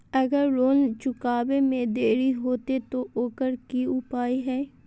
अगर लोन चुकावे में देरी होते तो ओकर की उपाय है?